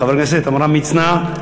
חבר הכנסת עמרם מצנע,